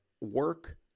work